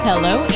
Hello